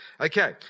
okay